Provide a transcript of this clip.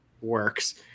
works